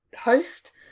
host